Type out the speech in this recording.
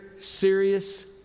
serious